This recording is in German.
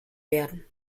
werden